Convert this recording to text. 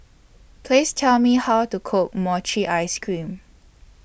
Please Tell Me How to Cook Mochi Ice Cream